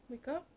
wake up